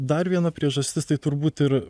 dar viena priežastis tai turbūt ir